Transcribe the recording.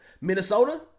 Minnesota